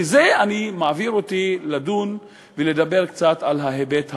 וזה מעביר אותי לדון ולדבר קצת על ההיבט המדיני.